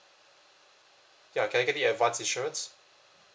ya can I get the advanced insurance